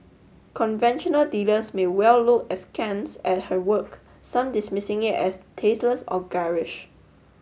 conventional dealers may well look askance at her work some dismissing it as tasteless or garish